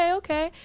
okay.